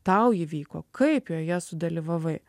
tau įvyko kaip joje sudalyvavai